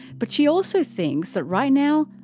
but she also thinks that right now,